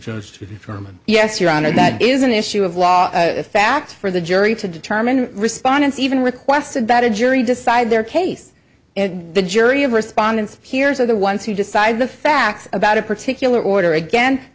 are just from yes your honor that is an issue of law a fact for the jury to determine respondents even requested that a jury decide their case the jury of respondents peers are the ones who decide the facts about a particular order again